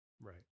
right